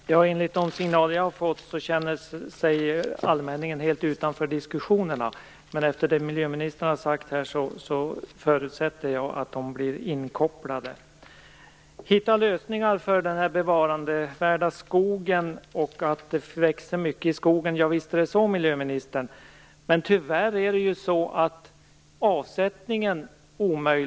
Fru talman! Enligt de signaler som jag har fått upplever man i allmänningen att man står helt utanför diskussionerna. Men efter vad miljöministern har sagt förutsätter jag att de kopplas in i diskussionerna. Visst gäller det att finna lösningar för den bevarandevärda skogen och visst växer det mycket i skogen, miljöministern. Men tyvärr omöjliggörs avsättningen.